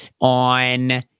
on